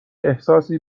احساسی